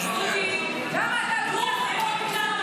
כמובן שלא.